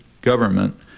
government